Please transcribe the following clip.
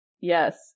Yes